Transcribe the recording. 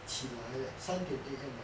起来 eh 三点 A_M eh